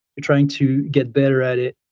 you're trying to get better at it,